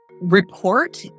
report